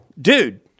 dude